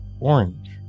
orange